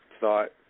thought